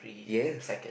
yes